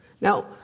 Now